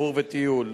אוורור וטיול,